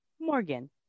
Morgan